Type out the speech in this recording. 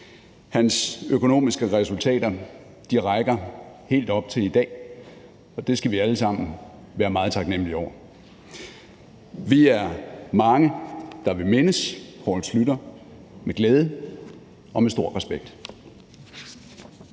Hans økonomiske resultater rækker helt op til i dag, og det skal vi alle sammen være meget taknemlige for. Vi er mange, der vil mindes Poul Schlüter med glæde og med stor respekt.